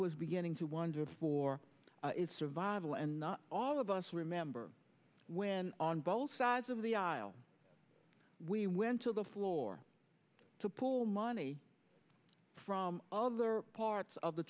was beginning to wonder for its survival and not all of us remember when on both sides of the aisle we went to the floor to pull money from other parts of the